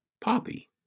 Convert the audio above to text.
poppy